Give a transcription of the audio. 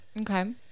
Okay